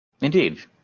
Indeed